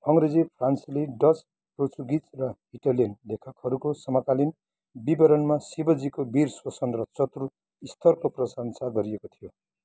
अङ्ग्रेजी फ्रान्सेली Dutch Portuguese र Italian लेखकहरूको समकालीन विवरणमा शिवाजीको वीर शोषन र चतुर स्तरको प्रशंसा गरिएको थियो